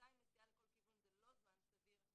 ששעתיים נסיעה לכל כיוון זה לא זמן סביר,